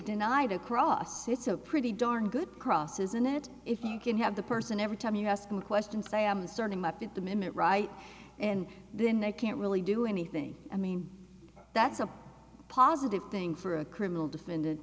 denied across it's a pretty darn good cross isn't it if you can have the person every time you ask him a question say i'm certain my fifth amendment right and then they can't really do anything i mean that's a positive thing for a criminal defend